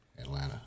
Atlanta